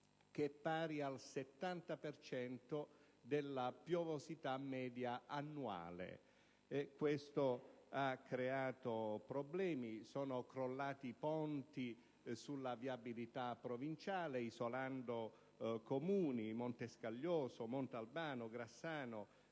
che è pari al 70 per cento della piovosità media annuale. Questo ha creato problemi: sono crollati ponti sulla viabilità provinciale, isolando Comuni come Montescaglioso, Montalbano, Grassano,